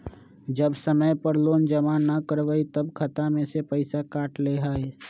जब समय पर लोन जमा न करवई तब खाता में से पईसा काट लेहई?